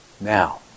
Now